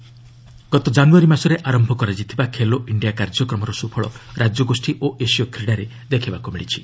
Khelo India ଗତ କାନ୍ରଆରୀ ମାସରେ ଆରମ୍ଭ କରାଯାଇଥିବା ଖେଲୋ ଇଣ୍ଡିଆ କାର୍ଯ୍ୟକ୍ରମର ସୁଫଳ ରାଜ୍ୟଗୋଷ୍ଠୀ ଓ ଏସୀୟ କ୍ରୀଡ଼ାରେ ଦେଖିବାକୁ ମିଳିଛି